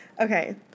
Okay